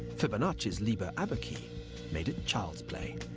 fibonacci's liber abaci made it child's play.